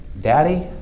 Daddy